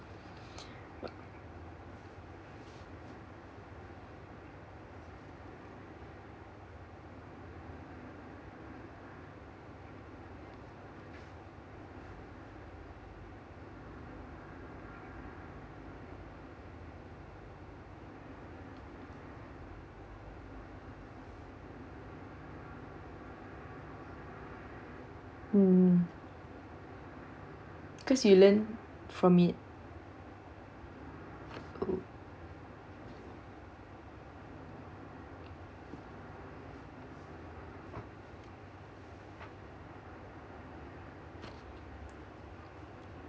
mmhmm because you learn from it oh